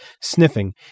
Sniffing